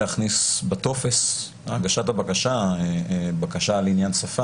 אולי כדאי להכניס בטופס הגשת הבקשה בקשה לעניין השפה.